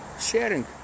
sharing